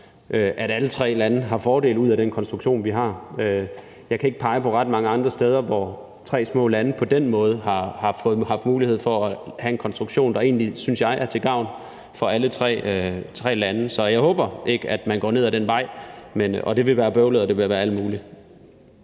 at alle tre lande har fordele ud af den konstruktion, vi har. Jeg kan ikke pege på ret mange andre steder, hvor tre små lande på den måde har haft mulighed for at have en konstruktion, der egentlig, synes jeg, er til gavn for alle tre lande. Så jeg håber ikke, at man går ned ad den vej, for det vil være bøvlet, og det vil være alt muligt.